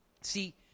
See